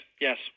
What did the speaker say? Yes